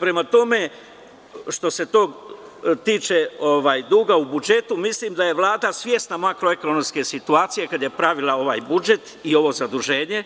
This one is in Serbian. Prema tome, što se tiče duga u budžetu, mislim da je Vlada svesna makroekonomske situacije kada je pravila ovaj budžet i ovo zaduženje